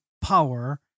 power